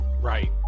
Right